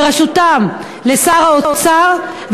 ובראשם לשר האוצר,